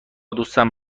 دوستم